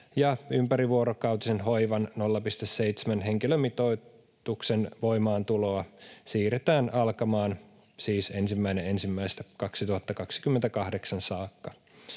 ja ympärivuorokautisen hoivan 0,7 henkilömitoituksen voimaantuloa siirretään siis alkamaan 1.1.2028, jotta